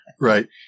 Right